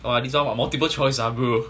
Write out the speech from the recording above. !wah! this one what multiple choice ah bro